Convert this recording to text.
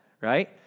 right